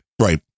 Right